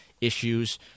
issues